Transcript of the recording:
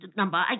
number